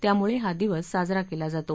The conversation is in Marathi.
त्यामुळे हा दिवस साजरा केला जातो